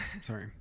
Sorry